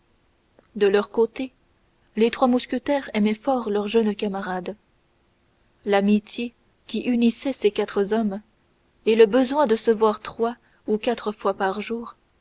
de leur côté les trois mousquetaires aimaient fort leur jeune camarade l'amitié qui unissait ces quatre hommes et le besoin de se voir trois ou quatre fois par jour